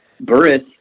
Burris